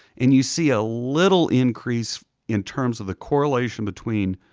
and you see a little increase in terms of the correlation between